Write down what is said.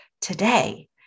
today